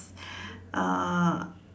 uh